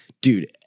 Dude